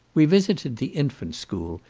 we visited the infant school,